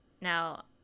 Now